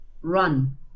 run